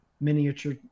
miniature